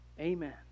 Amen